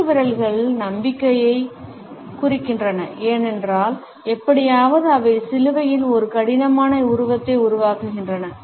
குறுக்கு விரல்கள் நம்பிக்கையைக் குறிக்கின்றன ஏனென்றால் எப்படியாவது அவை சிலுவையின் ஒரு கடினமான உருவத்தை உருவாக்குகின்றன